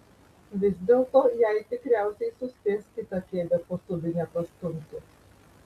vis dėlto jai tikriausiai suspės kitą kėdę po subine pastumti